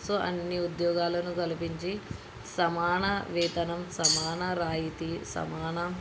so అన్నీ ఉద్యోగాలను కల్పించి సమాన వేతనం సమాన రాయితీ సమాన